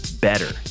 better